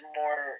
more